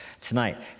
tonight